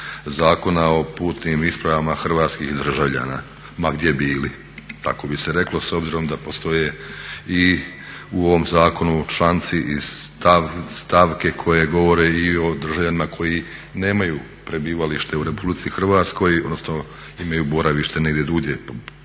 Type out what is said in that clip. Zakona o putnim ispravama hrvatskih državljana ma gdje bili, tako bi se reklo s obzirom da postoje i u ovom zakonu članci i stavke koje govore i o državljanima koji nemaju prebivalište u Republici Hrvatskoj, odnosno imaju boravište negdje drugdje.